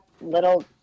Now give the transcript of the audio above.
little